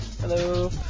Hello